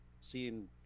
seeing